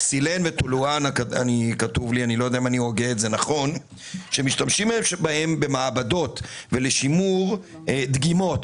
קסילן וטולואן שמשתמשים בהם במעבדות ולשימור דגימות.